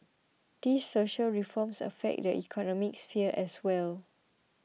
these social reforms affect the economic sphere as well